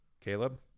Caleb